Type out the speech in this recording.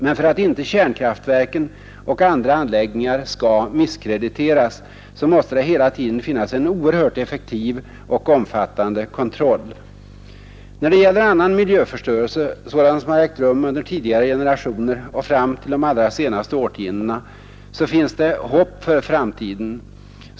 Men för att inte kärnkraftverken och andra anläggningar skall misskrediteras måste det hela tiden finnas en oerhört effektiv och omfattande kontroll. När det gäller annan miljöförstörelse, sådant som har ägt rum under tidigare generationer och fram till de allra senaste årtiondena, finns det ibland hopp för framtiden.